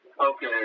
Okay